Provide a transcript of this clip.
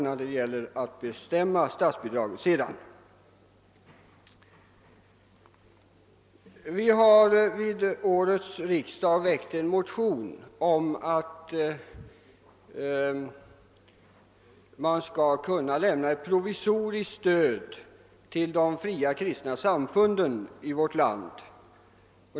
Vi har några stycken socialdemokrater vid årets riksdag väckt en motion om att det skall lämnas ett provisoriskt stöd till de fria kristna samfunden i vårt land.